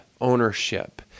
ownership